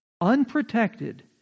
unprotected